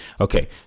Okay